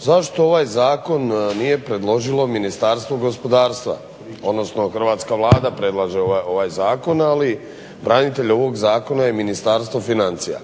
zašto ovaj zakon nije predložilo Ministarstvo gospodarstva, odnosno hrvatska Vlada predlaže ove zakone. Ali branitelj ovog zakona je Ministarstvo financija.